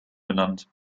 benannt